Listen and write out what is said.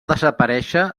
desaparèixer